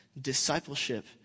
Discipleship